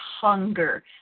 hunger